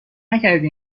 نکردی